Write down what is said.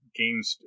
games